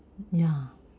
ya